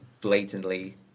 blatantly